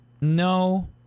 No